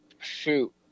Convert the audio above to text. shoot